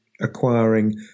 acquiring